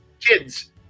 Kids